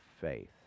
faith